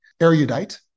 erudite